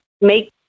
make